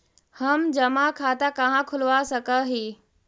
हम जमा खाता कहाँ खुलवा सक ही?